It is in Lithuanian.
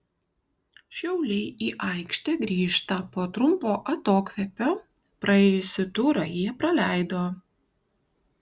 šiauliai į aikštę grįžta po trumpo atokvėpio praėjusį turą jie praleido